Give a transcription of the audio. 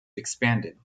expanded